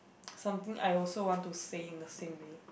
something I also want to say in the same way